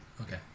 Okay